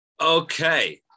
Okay